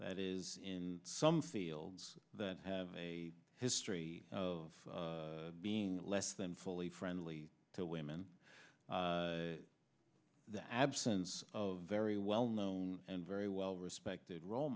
that is in some fields that have a history of being less than fully friendly to women the absence of very well known and very well respected role